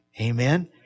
Amen